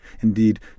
Indeed